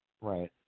Right